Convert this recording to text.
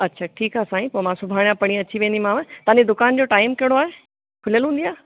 अच्छा ठीकु आहे साईं पोइ मां सुभाणे या परीहं अची वेंदीमांव तव्हां जी दुकान जो टाइम कहिड़ो आहे खुलियल हूंदी आहे